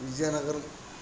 Vizianagaram